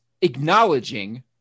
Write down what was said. acknowledging